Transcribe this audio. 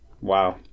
Wow